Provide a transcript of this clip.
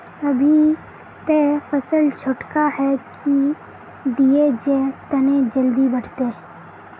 अभी ते फसल छोटका है की दिये जे तने जल्दी बढ़ते?